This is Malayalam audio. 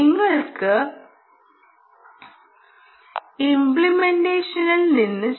നിങ്ങൾക്ക് ഇമ്പ്ലിെമൻ്റ്റേഷനിൽ നിന്ന് ചെയ്യാം